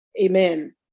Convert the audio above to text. Amen